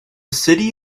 city